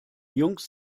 jungs